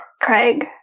craig